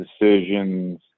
decisions